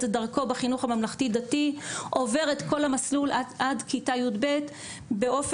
דרכו בחינוך הממלכתי דתי עובר את כל המסלול עד כיתה י"ב באופן